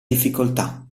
difficoltà